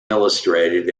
illustrated